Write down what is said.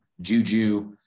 Juju